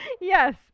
Yes